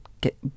get